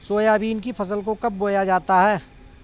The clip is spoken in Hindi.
सोयाबीन की फसल को कब बोया जाता है?